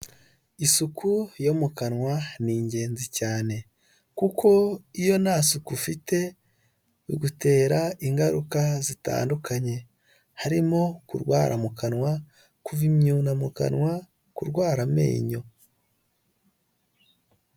Isuku yo mu kanwa ni ingenzi cyane, kuko iyo nta suku ufite bigutera ingaruka zitandukanye harimo kurwara mu kanwa, kuva imyuna mu kanwa, kurwara amenyo.